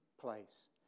place